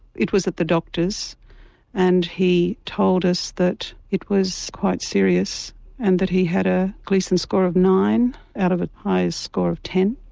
it was at the doctors and he told us that it was quite serious and that he had a gleason score of nine out of the ah highest score of ten.